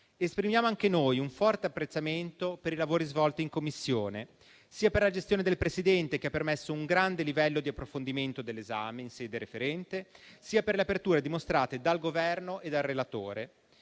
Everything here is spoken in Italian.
Esprimiamo anche noi un forte apprezzamento per i lavori svolti in Commissione, sia per la gestione del Presidente che ha permesso un grande livello di approfondimento dell'esame in sede referente, sia per le aperture dimostrate dal Governo e dal relatore.